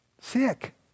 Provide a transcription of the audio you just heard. sick